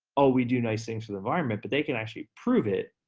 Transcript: oh we do nice things for the environment, but they can actually prove it,